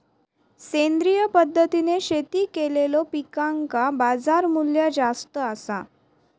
सेंद्रिय पद्धतीने शेती केलेलो पिकांका बाजारमूल्य जास्त आसा